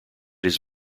his